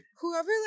Whoever